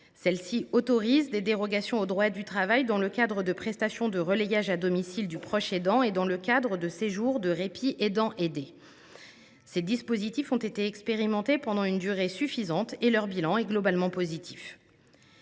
qui autorise des dérogations au droit du travail dans le cadre de prestations de relayage à domicile du proche aidant et dans le cadre de séjours de répit aidant aidé. Ces dispositifs ont été expérimentés pendant une durée suffisante et leur bilan est globalement positif.